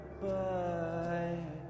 goodbye